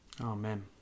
amen